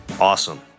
awesome